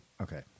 okay